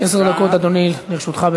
עשר דקות, אדוני, לרשותך.